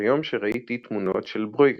'כביום שראיתי תמונות של ברויגל',